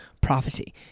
prophecy